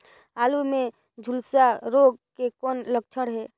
आलू मे झुलसा रोग के कौन लक्षण हे?